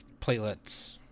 platelets